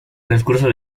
transcurso